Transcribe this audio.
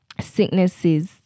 sicknesses